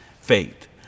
faith